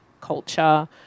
culture